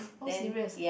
oh serious